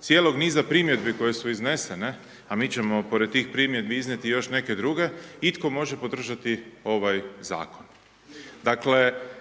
cijelog niza primjedbi koje su iznesene, a mi ćemo pored tih primjedbi iznijeti još neke druge, itko može podržati ovaj Zakon.